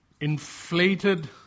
inflated